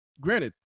granted